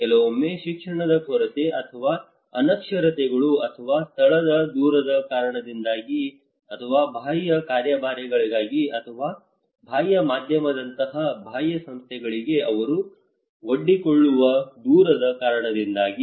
ಕೆಲವೊಮ್ಮೆ ಶಿಕ್ಷಣದ ಕೊರತೆ ಅಥವಾ ಅನಕ್ಷರತೆಗಳು ಅಥವಾ ಸ್ಥಳದ ದೂರದ ಕಾರಣದಿಂದಾಗಿ ಅಥವಾ ಬಾಹ್ಯ ಕಾರ್ಯಭಾರಗಳಿಗೆ ಅಥವಾ ಬಾಹ್ಯ ಮಾಧ್ಯಮದಂತಹ ಬಾಹ್ಯ ಸಂಸ್ಥೆಗಳಿಗೆ ಅವರು ಒಡ್ಡಿಕೊಳ್ಳುವ ದೂರದ ಕಾರಣದಿಂದಾಗಿ